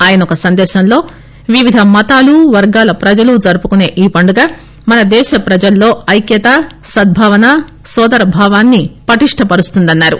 ఆయన ఒక సందేశంలో వివిధ మతాలు వర్గాల ప్రజలు జరుపుకుసే ఈ పండుగ మన దేశ ప్రజల్లో ఐక్యాతా సద్బావన నోదర భావాన్ని పటిష్టపరుస్తుందని అన్నారు